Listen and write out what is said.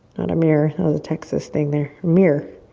not a mirror. that was a texas thing there. mirror.